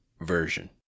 Version